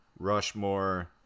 Rushmore